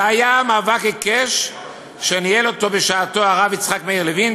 זה היה מאבק עיקש שניהל בשעתו הרב יצחק מאיר לוין,